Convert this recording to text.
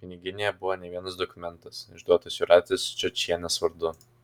piniginėje buvo ne vienas dokumentas išduotas jūratės čiočienės vardu